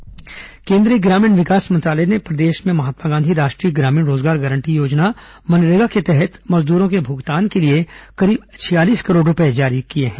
मनरेगा राशि केन्द्रीय ग्रामीण विकास मंत्रालय ने प्रदेश में महात्मा गांधी राष्ट्रीय ग्रामीण रोजगार गारंटी योजना मनरेगा के तहत मजदूरों के भुगतान के लिए करीब छियालीस करोड़ रूपए जारी कर दिए हैं